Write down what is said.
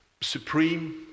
supreme